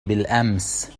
بالأمس